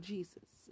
Jesus